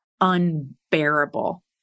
unbearable